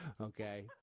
Okay